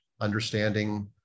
understanding